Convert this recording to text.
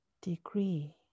degree